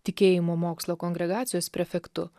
tikėjimo mokslo kongregacijos prefektu